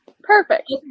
perfect